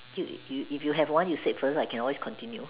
dude you if you have one you say first I can always continue